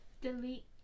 delete